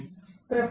3843